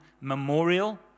memorial